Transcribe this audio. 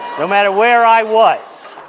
no matter where i was